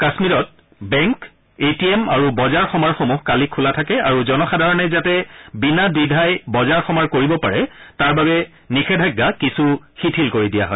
কাম্মীৰত bank A T M আৰু বজাৰ সমাৰসমূহ কালি খোলা থাকে আৰু জনসাধাৰণে যাতে বিনাদ্বিধাই বজাৰ সমাৰ কৰিব পাৰে তাৰ বাবে নিষেধাজ্ঞা কিছু শিথিল কৰি দিয়া হয়